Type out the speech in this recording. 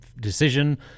decision